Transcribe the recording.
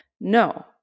No